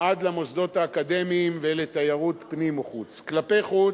עד למוסדות אקדמיים ולתיירות פנים או חוץ.